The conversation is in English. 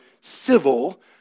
civil